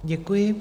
Děkuji.